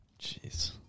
Jeez